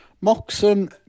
Moxon